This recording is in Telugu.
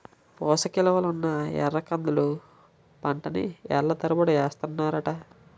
పోసకిలువలున్న ఎర్రకందుల పంటని ఏళ్ళ తరబడి ఏస్తన్నారట